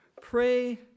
Pray